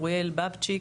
אוריאל בבצ'יק.